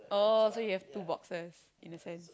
oh so you have two boxes in a sense